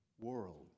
world